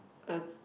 a